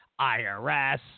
IRS